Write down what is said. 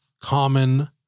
common